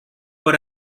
were